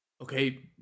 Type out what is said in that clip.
Okay